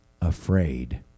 afraid